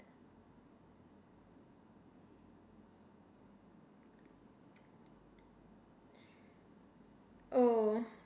oh